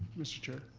mr. chair?